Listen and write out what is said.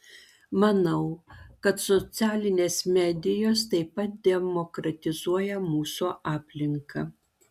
manau kad socialinės medijos taip pat demokratizuoja mūsų aplinką